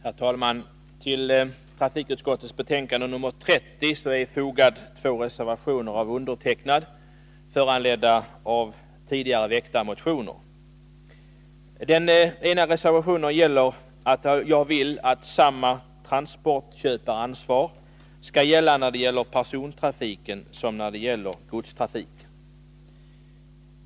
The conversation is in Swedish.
Herr talman! Till trafikutskottets betänkande nr 30 är fogade två reservationer av mig, föranledda av tidigare väckta motioner. I den ena reservationen yrkar jag att samma transportköparansvar skall gälla beträffande persontrafik som beträffande godstrafik.